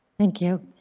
thank you.